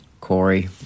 Corey